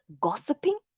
gossiping